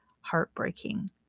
heartbreaking